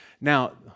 Now